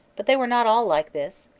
but they were not all like this.